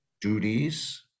duties